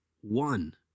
one